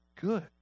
good